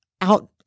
out